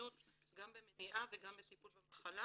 התמודדות גם במניעה וגם בטיפול במחלה